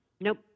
Nope